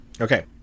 Okay